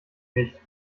nicht